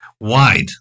wide